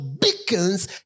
beacons